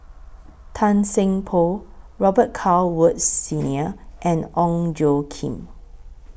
Tan Seng Poh Robet Carr Woods Senior and Ong Tjoe Kim